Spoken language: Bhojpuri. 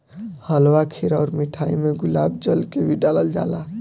हलवा खीर अउर मिठाई में गुलाब जल के भी डलाल जाला